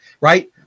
right